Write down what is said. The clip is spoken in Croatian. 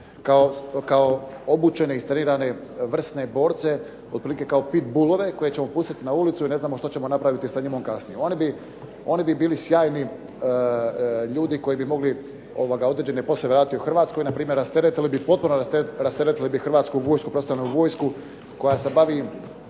kao obučene, istrenirane vrsne borce, otprilike kao pitbullove koje ćemo pustiti na ulicu i ne znamo što ćemo napraviti sa njima kasnije. Oni bi bili sjajni ljudi koji bi mogli određene poslove raditi u Hrvatskoj, npr. potpuno bi rasteretili Hrvatsku vojsku, profesionalnu vojsku koja se bavi